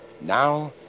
now